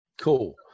Cool